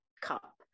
cup